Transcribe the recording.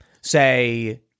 say